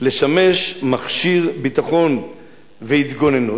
לשמש מכשיר ביטחון והתגוננות,